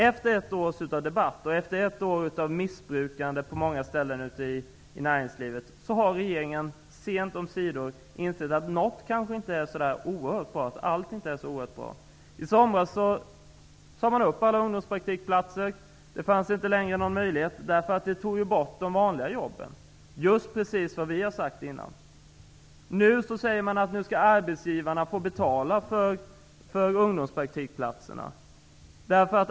Efter ett års debatt och ett år av missbrukande på många ställen ute i näringslivet har regeringen sent om sider insett att allt inte är så oerhört bra. I Det fanns inte längre någon möjlighet att ha dem, för de tog ju bort de vanliga jobben. Just precis vad vi hade sagt innan. Nu säger man att arbetsgivarna skall få betala för ungdomspraktikplatserna.